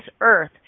earth